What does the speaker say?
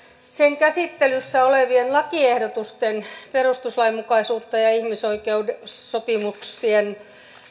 sen käsittelyssä olevien lakiehdotusten perustuslainmukaisuutta ja ja ihmisoikeussopimuksien